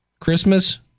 Christmas